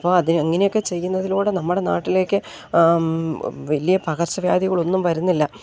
അപ്പം അതി അങ്ങനെയൊക്കെ ചെയ്യുന്നതിലൂടെ നമ്മുടെ നാട്ടിലേക്ക് വലിയ പകർച്ച വ്യാധികളൊന്നും വരുന്നില്ല